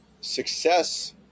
success